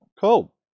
Cool